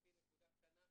גברתי, נקודה קטנה.